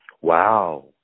Wow